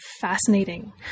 fascinating